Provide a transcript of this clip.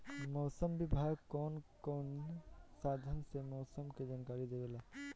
मौसम विभाग कौन कौने साधन से मोसम के जानकारी देवेला?